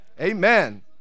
Amen